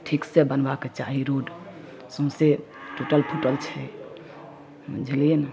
ठीक से बनबाके चाही रोड सौंसे टूटल फूटल छै बुझलियै ने